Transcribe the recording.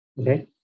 Okay